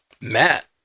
Matt